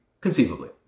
Conceivably